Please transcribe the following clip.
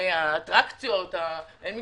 כל מה